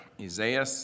Isaiah